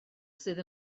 sydd